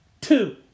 Two